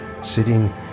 sitting